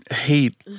hate